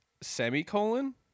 semicolon